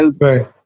Right